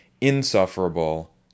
insufferable